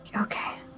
Okay